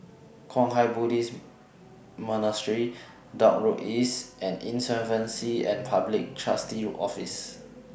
Kwang Hua Buddhist Monastery Dock Road East and Insolvency and Public Trustee's Office